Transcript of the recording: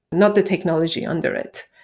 not the technology under it.